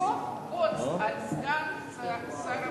ולשפוך בוץ על סגן שר הבריאות.